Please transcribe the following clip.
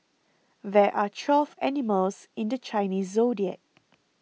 there are twelve animals in the Chinese zodiac